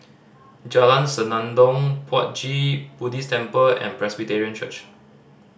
Jalan Senandong Puat Jit Buddhist Temple and Presbyterian Church